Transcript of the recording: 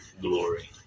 glory